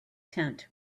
tent